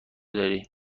داری